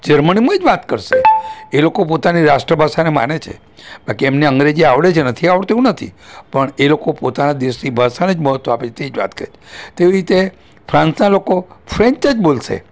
જર્મનીમાં જ વાત કરશે એ લોકો પોતાની રાષ્ટ્રભાષાને માને છે બાકી એમને અંગ્રેજી આવડે છે નથી આવળતું એવું નથી પણ એ લોકો પોતાના દેશની ભાષાને જ મહત્ત્વ આપે છે તે જ વાત કરી તેવી રીતે ફ્રાંસના લોકો ફ્રેંચ જ બોલશે